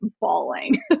bawling